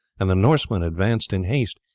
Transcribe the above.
and the norsemen advanced in haste,